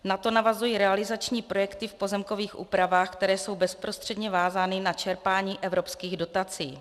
Na to navazují realizační projekty v pozemkových úpravách, které jsou bezprostředně vázány na čerpání evropských dotací.